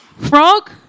Frog